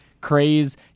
craze